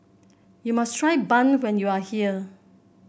you must try bun when you are here